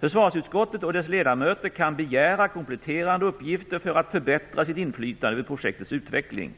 Försvarsutskottet och dess ledamöter kan begära kompletterande uppgifter för att förbättra sitt inflytande över projektets utveckling.